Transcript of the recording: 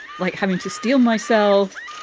like having to steel myself.